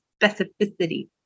specificity